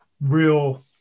Real